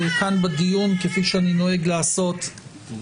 יפתח ד"ר נחמן שי, שר התפוצות.